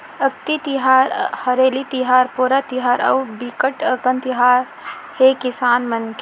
अक्ति तिहार, हरेली तिहार, पोरा तिहार अउ बिकट अकन तिहार हे किसान मन के